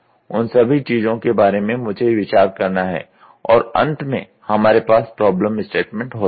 उन सभी चीजों के बारे में मुझे विचार करना है और अंत में हमारे पास प्रॉब्लम स्टेटमेंट होता है